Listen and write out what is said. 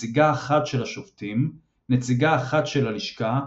נציגה אחת של השופטים, נציגה אחת של הלשכה,